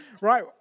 right